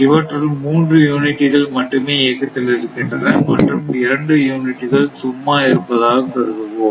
இவற்றுள் மூன்று யூனிட்டுகள் மட்டுமே இயக்கத்தில் இருக்கின்றன மற்றும் 2 யூனிட்டுகள் சும்மா இருப்பதாக கருதுவோம்